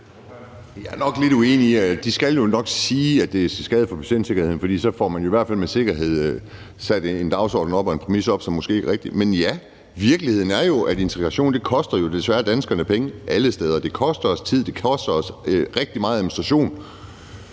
er jo nok lidt uenige i det. De skal jo nok sige, at det er til skade for patientsikkerheden, for så får man i hvert fald med sikkerhed sat en dagsorden og en præmis, som måske ikke er rigtig. Men ja, virkeligheden er jo, at integration desværre koster danskerne penge alle steder. Det koster os tid, og det koster os rigtig meget administration.